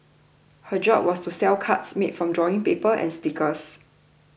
her job was to sell cards made from drawing paper and stickers